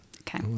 Okay